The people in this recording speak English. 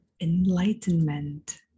enlightenment